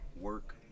work